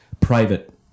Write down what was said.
private